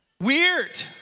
Weird